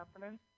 happening